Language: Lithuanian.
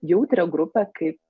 jautrią grupę kaip